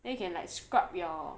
then you can like scrub your